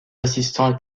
assistants